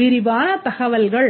வரைகலை